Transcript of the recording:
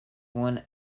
one